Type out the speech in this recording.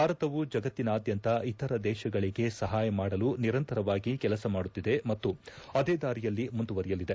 ಭಾರತವು ಜಗತ್ತಿನಾದ್ಯಂತ ಇತರ ದೇಶಗಳಿಗೆ ಸಹಾಯ ಮಾಡಲು ನಿರಂತರವಾಗಿ ಕೆಲಸ ಮಾಡುತ್ತಿದೆ ಮತ್ತು ಅದೇ ದಾರಿಯಲ್ಲಿ ಮುಂದುವರೆಯಲಿದೆ